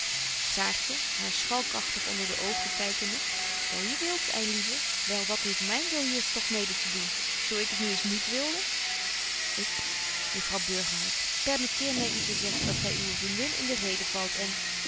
saartje haar schalkagtig onder de oogen kykende zo je wilt ei lieve wel wat heeft myn wil hier toch mede te doen zo ik het nu eens niet wilde betje wolff en aagje deken historie van mejuffrouw sara burgerhart ik juffrouw burgerhart permitteer my u te zeggen dat gy uwe vriendin in de reden valt en